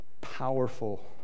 powerful